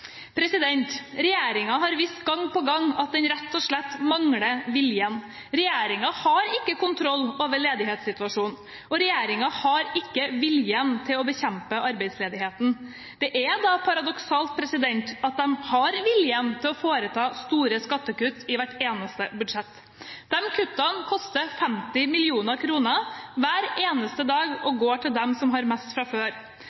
har vist gang på gang at den rett og slett mangler viljen. Regjeringen har ikke kontroll over ledighetssituasjonen. Og regjeringen har ikke viljen til å bekjempe arbeidsledigheten. Det er da paradoksalt å se at de har viljen til å foreta store skattekutt i hvert eneste budsjett. De kuttene koster 50 mill. kr hver eneste dag og går til dem som har mest fra før.